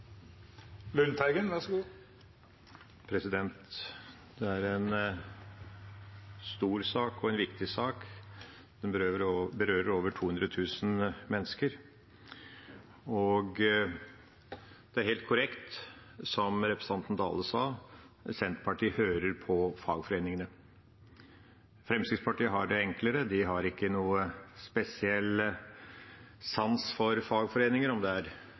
er en stor og viktig sak. Den berører over 200 000 mennesker. Det som representanten Dale sa, er helt korrekt: Senterpartiet hører på fagforeningene. Fremskrittspartiet har det enklere. De har ikke noen spesiell sans for